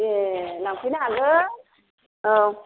ए लांफैनो हागोन औ